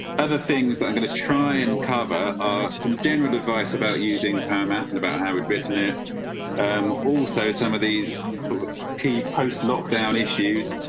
other things that i'm going to try and cover are some general advice about using power mountain, about how we dress and it um also some of these so key post lock down issues,